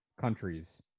countries